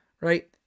right